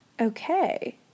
Okay